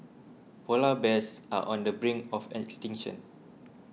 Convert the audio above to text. Polar Bears are on the brink of extinction